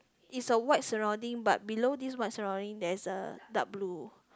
is a white surrounding but below this white surrounding there is a dark blue